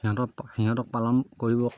সিহঁতক সিহঁতক পালন কৰিব